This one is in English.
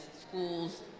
schools